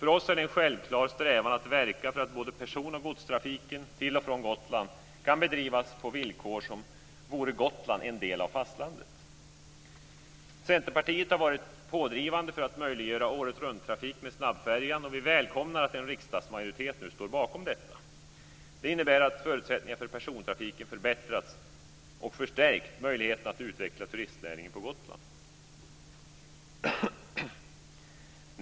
För oss är det en självklar strävan att verka för att både person och godstrafiken till och från Gotland kan bedrivas på villkor som vore Gotland en del av fastlandet. Centerpartiet har varit pådrivande för att möjliggöra åretrunttrafik med snabbfärjan. Det innebär att förutsättningarna för persontrafiken har förbättrats och även förstärkt möjligheterna att utveckla turistnäringen på Gotland.